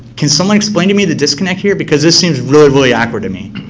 can someone explain to me the disconnect here, because this seems really, really awkward to me.